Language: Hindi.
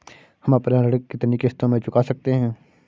हम अपना ऋण कितनी किश्तों में चुका सकते हैं?